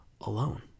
alone